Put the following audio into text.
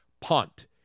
punt